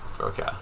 Okay